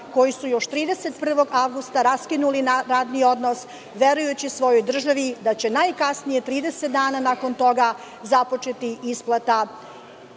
koji su još 31. avgusta raskinuli radni odnos, verujući svojoj državi da će najkasnije 30 dana nakon toga započeti isplata